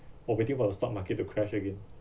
while waiting for the stock market to crash again